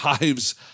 lives